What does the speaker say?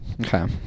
Okay